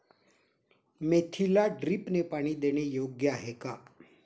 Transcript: मेथीला ड्रिपने पाणी देणे योग्य आहे का?